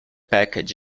package